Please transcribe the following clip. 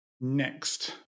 next